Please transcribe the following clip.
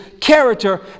character